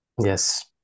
Yes